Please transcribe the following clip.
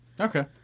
Okay